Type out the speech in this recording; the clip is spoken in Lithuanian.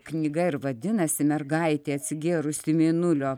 knyga ir vadinasi mergaitė atsigėrusi mėnulio